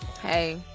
Hey